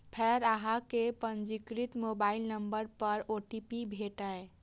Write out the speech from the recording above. फेर अहां कें पंजीकृत मोबाइल नंबर पर ओ.टी.पी भेटत